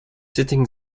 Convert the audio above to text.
sitting